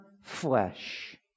flesh